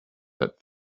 that